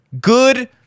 Good